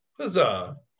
Huzzah